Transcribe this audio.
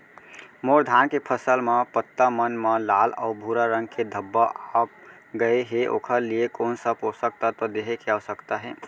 मोर धान के फसल म पत्ता मन म लाल व भूरा रंग के धब्बा आप गए हे ओखर लिए कोन स पोसक तत्व देहे के आवश्यकता हे?